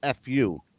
FU